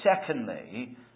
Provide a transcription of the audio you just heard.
secondly